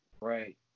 Right